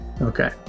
Okay